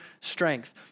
strength